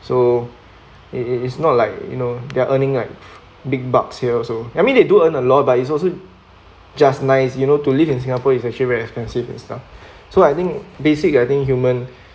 so it it it's not like you know they're earning like big bucks here also I mean they do earn a lot but it also just nice you know to live in singapore is actually very expensive and stuff so I think basic I think human